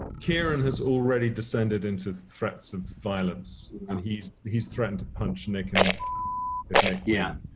kieran has already descended into threats of violence. and he's he's threatened to punch nick in the if nick yeah